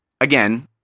again